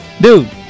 Dude